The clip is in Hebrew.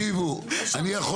תקשיבו, תקשיבו אליי.